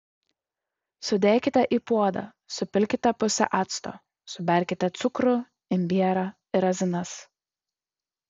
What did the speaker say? sudėkite į puodą supilkite pusę acto suberkite cukrų imbierą ir razinas